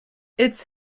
its